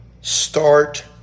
Start